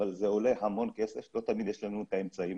אבל זה עולה המון כסף ולא תמיד יש לנו את האמצעים